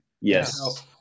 yes